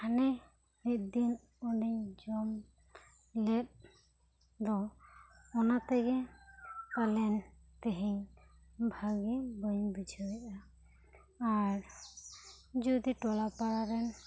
ᱦᱟᱱᱮ ᱢᱤᱫ ᱫᱤᱱ ᱚᱸᱰᱮᱧ ᱡᱚᱢ ᱞᱮᱫ ᱫᱚ ᱚᱱᱟ ᱛᱮᱜᱮ ᱯᱟᱞᱮᱱ ᱛᱮᱦᱮᱧ ᱵᱷᱟᱜᱮ ᱵᱟᱹᱧ ᱵᱩᱡᱷᱟᱹᱣᱮᱫᱟ ᱟᱨ ᱡᱚᱛᱚ ᱴᱚᱞᱟ ᱯᱟᱲᱟ ᱨᱮᱱ